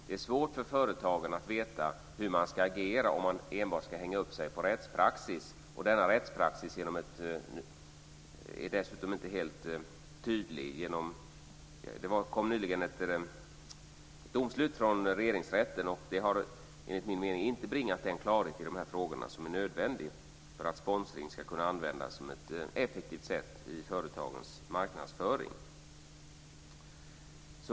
Det är svårt för företagen att veta hur de ska agera om de enbart ska hänga upp sig på rättspraxis. Denna rättspraxis är dessutom inte helt tydlig. Det kom nyligen ett domslut från Regeringsrätten som, enligt min mening, inte har bringat den klarhet i dessa frågor som är nödvändig för att sponsring ska kunna användas som ett effektivt sätt i företagens marknadsföring.